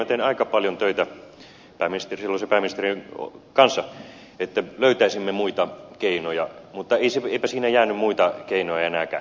minä tein aika paljon töitä silloisen pääministerin kanssa että löytäisimme muita keinoja mutta eipä siinä jäänyt muita keinoja enää käteen